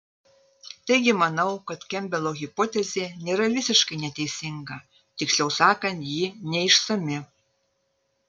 taigi manau kad kempbelo hipotezė nėra visiškai neteisinga tiksliau sakant ji neišsami